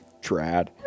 Trad